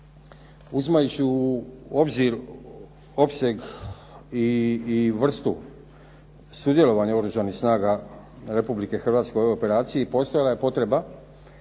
Uzimajući u obzir opseg i vrstu sudjelovanja Oružanih snaga Republike Hrvatske u ovoj operaciji postojala je potreba